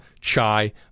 chai